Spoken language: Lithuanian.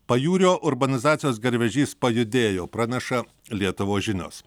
pajūrio urbanizacijos garvežys pajudėjo praneša lietuvos žinios